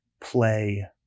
play